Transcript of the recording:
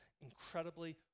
incredibly